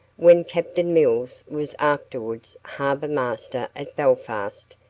when captain mills was afterwards harbour master at belfast,